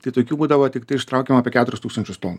tai tokių būdavo tiktai ištraukiama apie keturis tūkstančius tonų